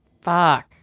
Fuck